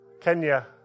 Kenya